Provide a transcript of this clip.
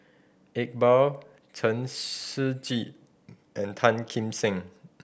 Iqbal Chen Shiji and Tan Kim Seng